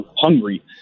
hungry